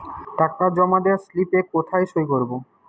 টাকা জমা দেওয়ার স্লিপে কোথায় সই করব?